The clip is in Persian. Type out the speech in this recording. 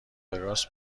وگاس